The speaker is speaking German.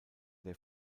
der